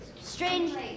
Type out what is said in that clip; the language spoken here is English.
Strange